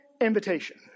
invitation